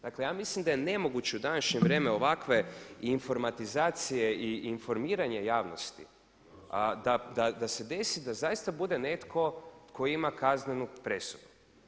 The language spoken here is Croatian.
Dakle ja mislim da je nemoguće u današnje vrijeme ovakve informatizacije i informiranje javnosti da se desi da zaista bude netko tko ima kaznenu presudu.